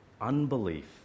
Unbelief